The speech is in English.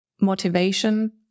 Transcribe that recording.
motivation